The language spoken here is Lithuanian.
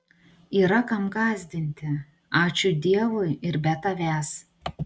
yra kam gąsdinti ačiū dievui ir be tavęs